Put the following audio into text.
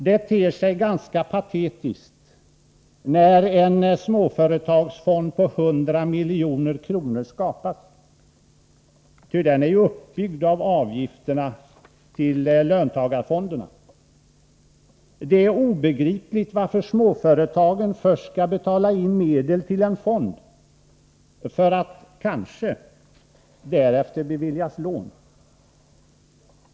Det ter sig ganska patetiskt när en småföretagsfond på 100 milj.kr. skapas, ty den är ju uppbyggd av avgifterna till löntagarfonderna. Det är obegripligt varför småföretagen först skall betala in medel till en fond för att — kanske — därefter beviljas lån.